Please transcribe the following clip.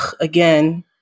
again